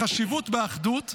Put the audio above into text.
את החשיבות באחדות.